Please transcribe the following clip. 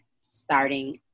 starting